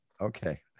Okay